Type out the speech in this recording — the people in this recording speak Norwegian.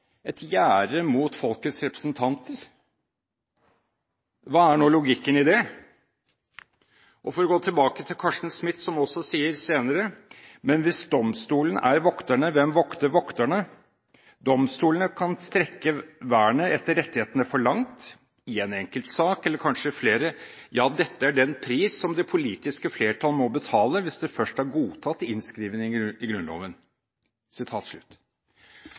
et gjerde mot folkets representanter. Hva er nå logikken i det? La meg gå tilbake til Carsten Smith, som senere også sier: «Men hvis domstolene er vokterne, hvem vokter vokterne? Domstolene kan strekke vernet etter rettighetene for langt, i en enkelt sak eller kanskje flere. Ja, dette er den pris som det politiske flertall må betale hvis det først har godtatt innskrivning i Grunnloven.»